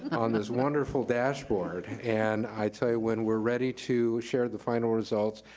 on this wonderful dashboard. and i'll tell you, when we're ready to share the final result,